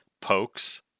pokes